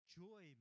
joy